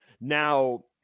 Now